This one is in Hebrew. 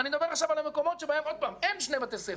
ואני מדבר עכשיו על המקומות שבהם אין שני בתי ספר,